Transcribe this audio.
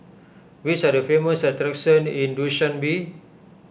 which are the famous attractions in Dushanbe